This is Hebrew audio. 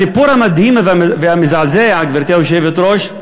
הסיפור המדהים והמזעזע, גברתי היושבת-ראש,